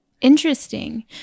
Interesting